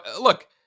look